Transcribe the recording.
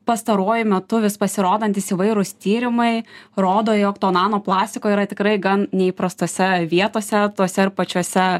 pastaruoju metu vis pasirodantys įvairūs tyrimai rodo jog to nano plastiko yra tikrai gan neįprastose vietose tuose ir pačiuose